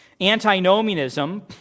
antinomianism